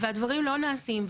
והדברים לא נעשים.